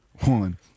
one